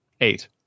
eight